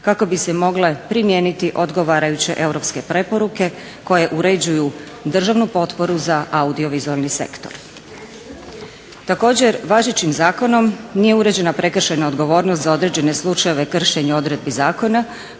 kako bi se mogle primijeniti odgovarajuće europske preporuke koje uređuju državnu potporu za audiovizualni sektor. Također, važećim zakonom nije uređena prekršajna odgovornost za određene slučajeve kršenja odredbi zakona,